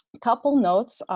couple notes,